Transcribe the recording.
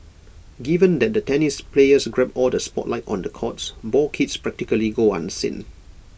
given that the tennis players grab all the spotlight on the courts ball kids practically go unseen